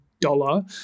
dollar